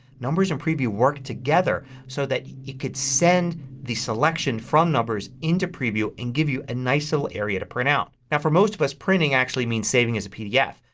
numbers and preview work together so that you can send the selection from numbers into preview and give you a nice little area to print out. now for most of us printing actually means saving as a pdf.